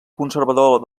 conservador